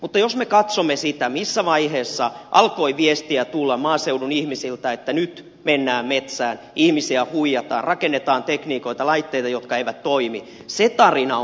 mutta jos me katsomme sitä missä vaiheessa alkoi viestiä tulla maaseudun ihmisiltä että nyt mennään metsään ihmisiä huijataan rakennetaan tekniikoita laitteita jotka eivät toimi se tarina on pitkä